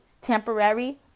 temporary